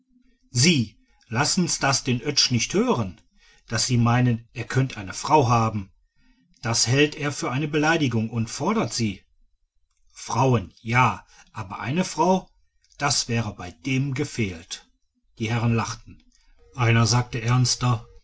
sie lassen's das den oetsch nicht hören daß sie meinen er könnt eine frau haben das hält er für eine beleidigung und fordert sie frauen ja aber eine frau da wär es bei dem gefehlt die herren lachten einer sagte ernster